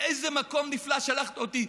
לאיזה מקום נפלא שלחת אותי,